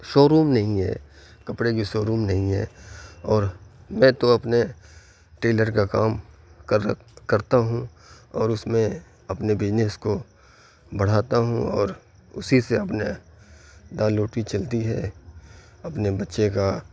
شو روم نہیں ہے کپڑے کی شو روم نہیں ہے اور میں تو اپنے ٹیلر کا کام کر کرتا ہوں اور اس میں اپنے بزنس کو بڑھاتا ہوں اور اسی سے اپنے دال روٹی چلتی ہے اپنے بچے کا